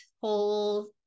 whole